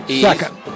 second